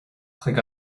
chuig